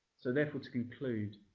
so, therefore, to conclude,